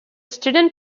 student